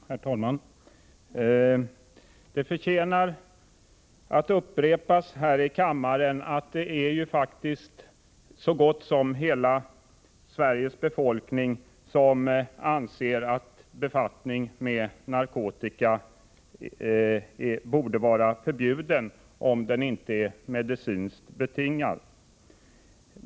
Herr talman! Det förtjänar att upprepas här i kammaren att så gott som hela Sveriges befolkning anser att befattning med narkotika borde vara förbjuden, om den inte är medicinskt betingad.